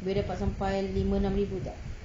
boleh dapat sampai lima enam ribu tak